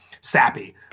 sappy